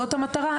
זאת המטרה,